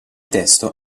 testo